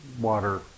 water